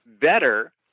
better